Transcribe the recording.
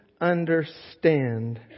understand